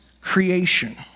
creation